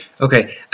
Okay